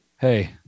hey